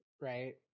right